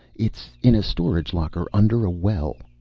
it's in a storage locker under a well.